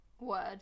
word